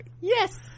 Yes